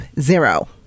zero